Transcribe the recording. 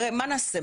מה נעשה?